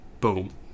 boom